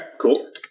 cool